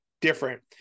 different